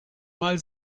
mal